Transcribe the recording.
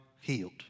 healed